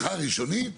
הראשונית,